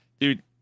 dude